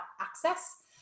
access